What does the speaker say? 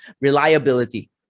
reliability